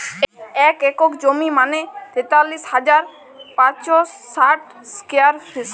এক একর জমি মানে তেতাল্লিশ হাজার পাঁচশ ষাট স্কোয়ার ফিট